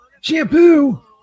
Shampoo